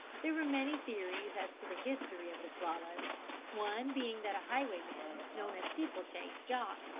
there were many theories as to the history of the swallows one being that a highwayman, known as steeplechase jock,